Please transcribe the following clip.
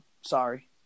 sorry